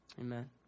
Amen